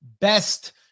best